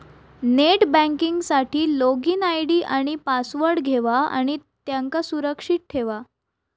net banking साठी login ID आणि password घेवा आणि त्यांका सुरक्षित ठेवा